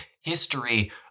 history